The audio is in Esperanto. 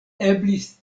eblis